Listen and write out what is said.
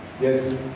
Yes